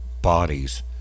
bodies